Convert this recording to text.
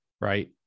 right